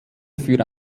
für